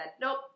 nope